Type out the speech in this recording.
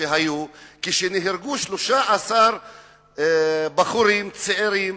כשנהרגו 13 בחורים צעירים,